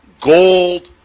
gold